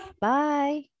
Bye